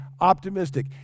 optimistic